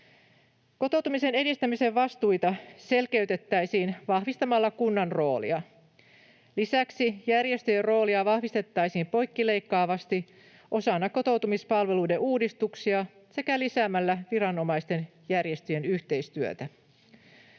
Kotoutumisen edistämisen vastuita selkeytettäisiin vahvistamalla kunnan roolia. Lisäksi järjestöjen roolia vahvistettaisiin poikkileikkaavasti osana kotoutumispalveluiden uudistuksia sekä lisäämällä viranomaisten ja järjestöjen yhteistyötä.